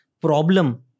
problem